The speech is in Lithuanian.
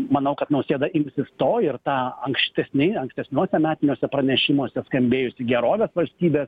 manau kad nausėda imsis to ir tą ankštesnėje ankstesniuo metiniuose pranešimuose skambėjusi gerovės valstybė